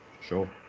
Sure